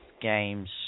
games